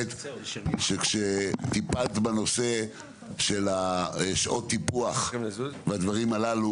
טיפלת בנושא של שעות טיפוח והדברים הללו